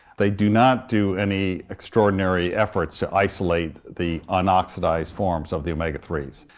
they do not do any extraordinary efforts to isolate the unoxidised forms of the omega three s.